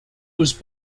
was